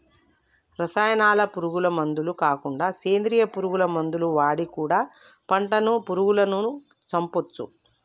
రసాయనాల పురుగు మందులు కాకుండా సేంద్రియ పురుగు మందులు వాడి కూడా పంటను పురుగులను చంపొచ్చు